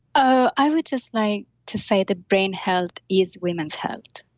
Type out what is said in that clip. i would just like to say that brain health is women's health.